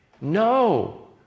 No